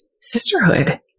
sisterhood